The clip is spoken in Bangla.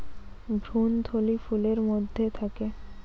ভ্রূণথলি ফুলের মধ্যে থাকে